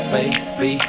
baby